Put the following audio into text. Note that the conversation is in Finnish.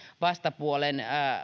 vastapuolelle